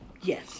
Yes